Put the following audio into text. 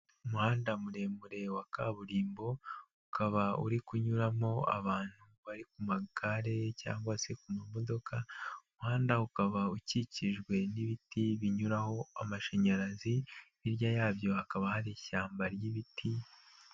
Umuhanda muremure wa kaburimbo, ukaba uri kunyuramo abantu bari ku magare cyangwa se ku mamodoka, umuhanda ukaba ukikijwe n'ibiti binyuraho amashanyarazi, hirya yabyo hakaba hari ishyamba ry'ibiti...